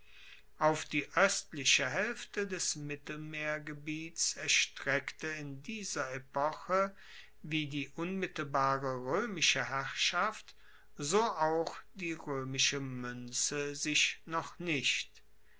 auf die oestliche haelfte des mittelmeergebiets erstreckte in dieser epoche wie die unmittelbare roemische herrschaft so auch die roemische muenze sich noch nicht